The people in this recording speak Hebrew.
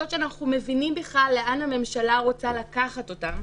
שאנחנו מבינים בכלל לאן הממשלה רוצה לקחת אותן.